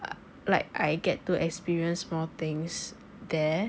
like I get to experience more things there